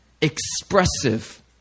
expressive